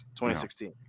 2016